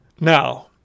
Now